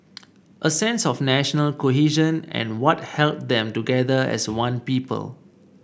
a sense of national cohesion and what held them together as one people